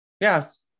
Yes